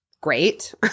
great